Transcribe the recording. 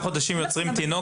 בתשעה חודשים יוצרים תינוק.